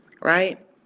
right